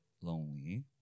lonely